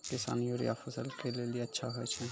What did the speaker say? किसान यूरिया फसल के लेली अच्छा होय छै?